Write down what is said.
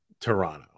Toronto